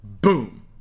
Boom